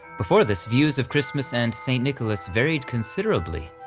before this views of christmas and saint nicholas varied considerably.